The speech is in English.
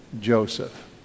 Joseph